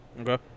Okay